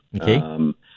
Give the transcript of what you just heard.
Okay